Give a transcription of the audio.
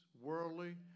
worldly